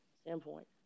standpoint